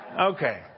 Okay